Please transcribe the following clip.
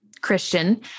Christian